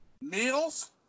Meals